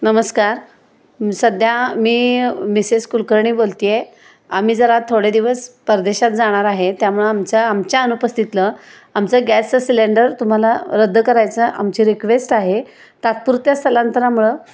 नमस्कार सध्या मी मिसेस कुलकर्णी बोलते आहे आम्ही जरा थोडे दिवस परदेशात जाणार आहे त्यामुळं आमचा आमच्या अनुपस्थितलं आमचं गॅसचं सिलेंडर तुम्हाला रद्द करायचं आमची रिक्वेस्ट आहे तात्पुरत्या स्थलांतरामुळं